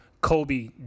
Kobe